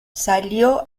salió